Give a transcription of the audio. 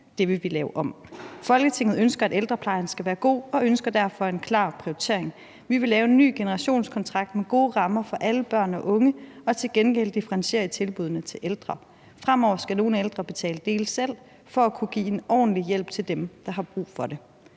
Det vil vi lave om på. Folketinget ønsker, at ældreplejen skal være god, og ønsker derfor en klar prioritering. Vi vil lave en ny generationskontrakt med gode rammer for alle børn og unge og til gengæld differentiere i tilbuddene til ældre. Fremover skal flere ældre betale dele selv for at kunne sikre en ordentlig hjælp til dem, der har brug for det.